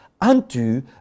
unto